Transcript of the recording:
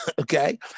okay